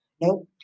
Nope